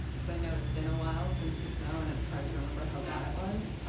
because i know it's been a while since the snow. and it's hard to remember how bad it was.